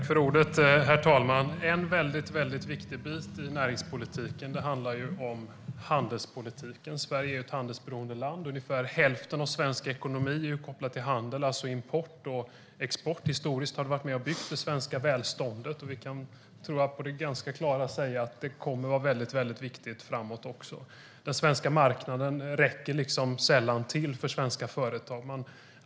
Herr talman! En viktig bit i näringspolitiken handlar om handelspolitiken. Sverige är ett handelsberoende land. Ungefär hälften av svensk ekonomi är kopplad till handel, det vill säga import och export. Historiskt har handeln byggt det svenska välståndet, och vi kan säga att den kommer att vara viktig även framöver. Den svenska marknaden räcker sällan till för svenska företag.